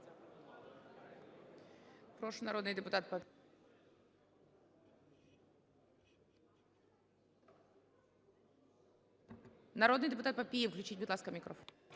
Народний депутат Папієв, включіть, будь ласка, мікрофон.